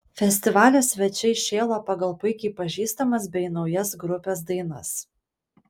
festivalio svečiai šėlo pagal puikiai pažįstamas bei naujas grupės dainas